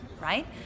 Right